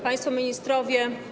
Państwo Ministrowie!